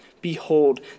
Behold